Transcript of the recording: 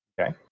Okay